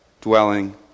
dwelling